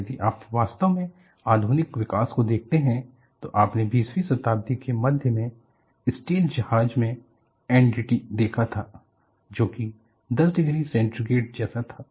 और यदि आप वास्तव में आधुनिक विकास को देखते हैं तो आपने 20 वीं शताब्दी के मध्य में स्टील्स जहाज मे NDT देखा था जो की 10 डिग्री सेंटीग्रेड जैसा था